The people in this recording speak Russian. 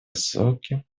высоким